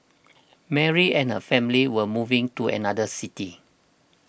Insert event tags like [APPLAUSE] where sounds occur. [NOISE] Mary and her family were moving to another city